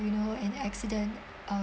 you know an accident um